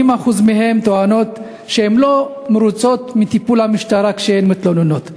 80% מהן טוענות שהן לא מרוצות מטיפול המשטרה כשהן מתלוננות,